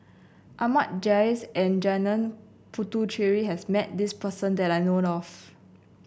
Ahmad Jais and Janil Puthucheary has met this person that I know of